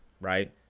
right